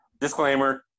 disclaimer